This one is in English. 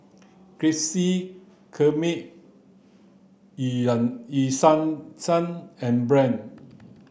Krispy Kreme Eu Yan Eu Sang Sang and Brand's